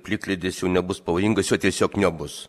plikledis jau nebus pavojingas jo tiesiog nebus